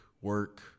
work